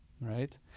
Right